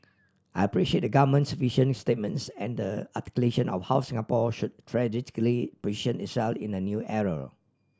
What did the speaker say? I appreciate the Government's vision statements and the articulation of how Singapore should strategically position itself in the new era